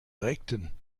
reckten